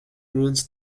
ruins